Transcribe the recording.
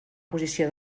posició